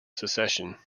secession